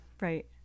Right